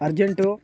urgent